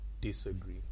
disagree